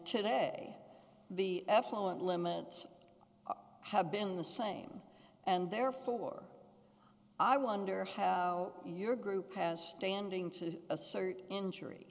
today the effluent limits have been the same and therefore i wonder how your group has standing to assert injury